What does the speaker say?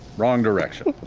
wrong direction.